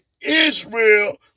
Israel